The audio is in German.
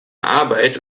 arbeit